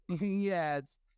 Yes